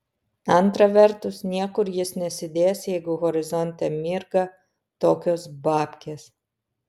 antra vertus niekur jis nesidės jeigu horizonte mirga tokios babkės